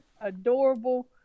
adorable